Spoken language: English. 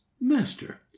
master